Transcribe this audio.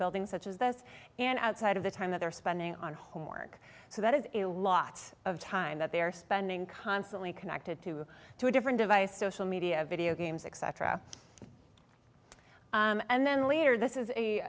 building such as this and outside of the time that they're spending on homework so that is a lot of time that they are spending constantly connected to two different device social media video games etc and then later this is a